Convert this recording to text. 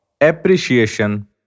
appreciation